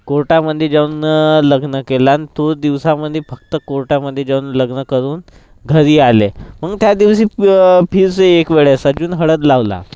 कोर्टामधे जाऊन लग्न केला आणि तो दिवसामधे फक्त कोर्टामधे जाऊन लग्न करून घरी आले मग त्या दिवशी फिरसे एक वेळेस अजून हळद लावला